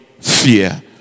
fear